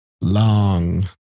long